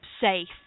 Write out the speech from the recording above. safe